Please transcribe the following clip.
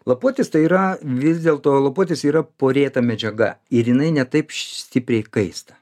lapuotis tai yra vis dėl to lapuotis yra porėta medžiaga ir jinai ne taip stipriai kaista